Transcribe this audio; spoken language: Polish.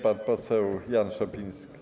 Pan poseł Jan Szopiński.